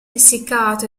essiccato